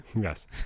Yes